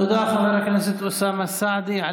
תודה, חבר הכנסת אוסאמה סעדי.